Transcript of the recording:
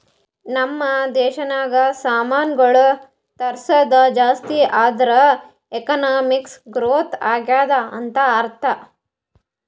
ನಮ್ ದೇಶನಾಗ್ ಸಾಮಾನ್ಗೊಳ್ ತರ್ಸದ್ ಜಾಸ್ತಿ ಆದೂರ್ ಎಕಾನಮಿಕ್ ಗ್ರೋಥ್ ಆಗ್ಯಾದ್ ಅಂತ್ ಅರ್ಥಾ